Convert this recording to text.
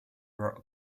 wrote